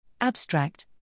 Abstract